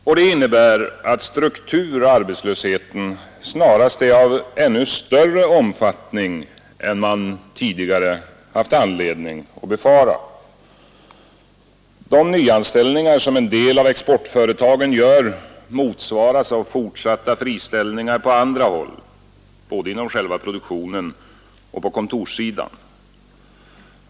Detta innebär att strukturarbetslösheten snarast är av ännu större omfattning än man tidigare haft anledning att befara. De nyanställningar som en del av exportföretagen gör motsvaras av fortsatta friställningar på andra håll, både inom själva produktionen och på kontorssidan.